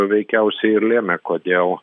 veikiausiai ir lėmė kodėl